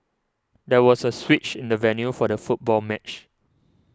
there was a switch in the venue for the football match